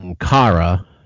Kara